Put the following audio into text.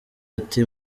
ati